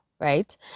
Right